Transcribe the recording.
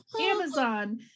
Amazon